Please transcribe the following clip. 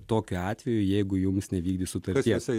tokiu atveju jeigu jau jis nevykdys sutarties